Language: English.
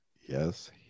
Yes